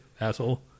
Asshole